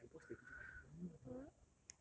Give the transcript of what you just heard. ya lah but I watched the video I ugh